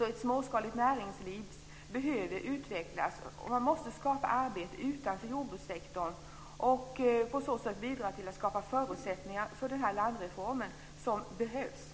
Ett småskaligt näringsliv behöver utvecklas, och det behöver skapas arbetstillfällen utanför jordbrukssektorn för att på så sätt skapa förutsättningar för den landreformen som behövs.